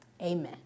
amen